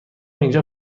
اینجا